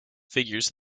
figures